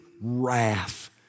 wrath